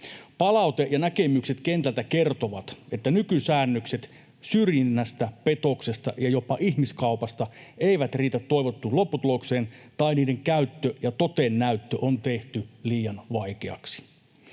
Palaute ja näkemykset kentältä kertovat, että nykysäännökset syrjinnästä, petoksesta tai edes ihmiskaupasta eivät riitä toivottuun lopputulokseen tai niiden käyttö ja toteennäyttö on tehty liian vaikeaksi.